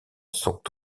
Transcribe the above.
sont